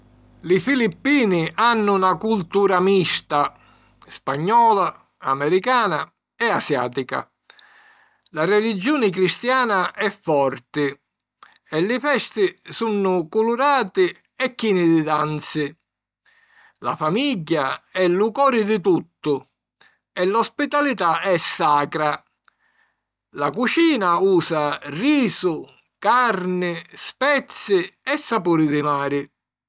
Li Filippini hannu na cultura mista: spagnola, americana e asiàtica. La religiuni cristiana è forti, e li festi sunnu culurati e chini di danzi. La famigghia è lu cori di tuttu, e l’ospitalità è sacra. La cucina usa risu, carni, spezi e sapuri di mari.